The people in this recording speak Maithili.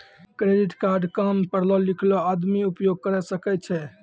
क्रेडिट कार्ड काम पढलो लिखलो आदमी उपयोग करे सकय छै?